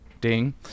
ding